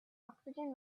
oxygen